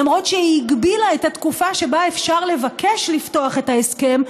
למרות שהיא הגבילה את התקופה שבה אפשר לבקש לפתוח את ההסכם,